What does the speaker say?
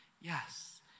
Yes